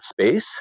space